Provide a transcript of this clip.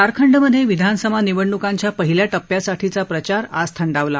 झारखंडमधे विधानसभा निवडणुकांच्या पहिल्या टप्प्यासाठीचा प्रचार आज थंडावला